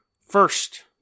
first